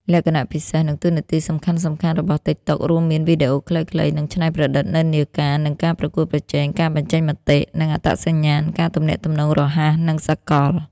លក្ខណៈពិសេស និងតួនាទីសំខាន់ៗរបស់ TikTok រួមមាន វីដេអូខ្លីៗ និងច្នៃប្រឌិតនិន្នាការ និង ការប្រកួតប្រជែង ការបញ្ចេញមតិ និងអត្តសញ្ញាណ ការទំនាក់ទំនងរហ័ស និងសកល។